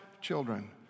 children